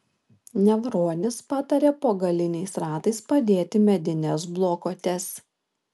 nevronis patarė po galiniais ratais padėti medines blokuotes